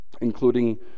including